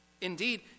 Indeed